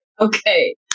Okay